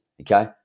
Okay